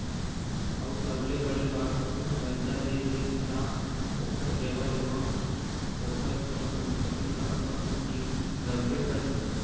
अऊ सबले बड़े बात कहूँ करजा दे दिस ता ओखर ऐवज म ओखर कोनो संपत्ति ल अपन तीर रखबे करही